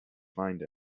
find